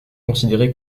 considéré